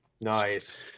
Nice